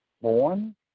born